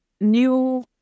new